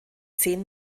zehn